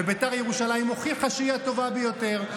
ובית"ר ירושלים הוכיחה שהיא הטובה ביותר.